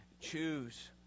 choose